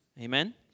Amen